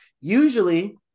usually